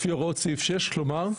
לפי הוראות 6, כלומר?